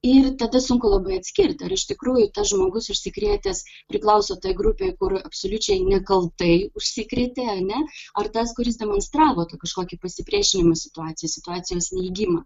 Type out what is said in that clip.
ir tada sunku labai atskirt ar iš tikrųjų tas žmogus užsikrėtęs priklauso tai grupei kur absoliučiai nekaltai užsikrėtė ane ar tas kuris demonstravo kažkokį pasipriešinimą situacijai situacijos neigimą